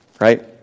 right